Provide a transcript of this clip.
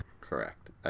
correct